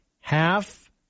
half